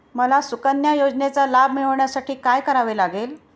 मला सुकन्या योजनेचा लाभ मिळवण्यासाठी काय करावे लागेल?